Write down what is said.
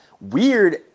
weird